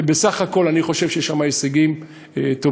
בסך-הכול אני חושב שיש שם הישגים טובים.